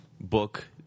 book